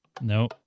No